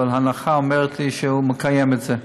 אבל ההנחה אומרת לי שהוא מקיים את זה.